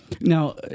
now